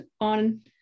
on